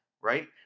right